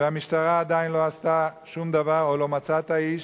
והמשטרה עדיין לא עשתה שום דבר או לא מצאה את האיש.